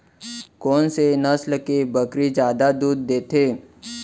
कोन से नस्ल के बकरी जादा दूध देथे